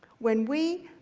when we